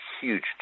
huge